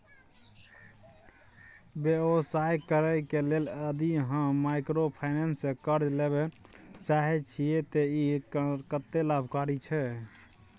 व्यवसाय करे के लेल यदि हम माइक्रोफाइनेंस स कर्ज लेबे चाहे छिये त इ कत्ते लाभकारी छै?